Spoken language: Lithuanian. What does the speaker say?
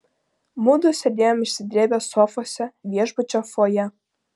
mudu sėdėjom išsidrėbę sofose viešbučio fojė